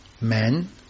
men